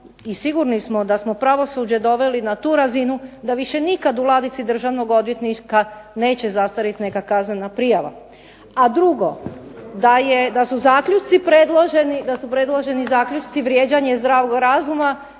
i sigurni smo da smo pravosuđe doveli na tu razinu da nikada više u ladici državnog odvjetnika neće zastarjeti neka kaznena prijava. A drugo, da su zaključci predloženi vrijeđanje zdravog razuma,